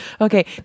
Okay